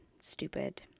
stupid